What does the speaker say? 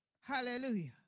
Hallelujah